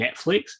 Netflix